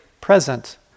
present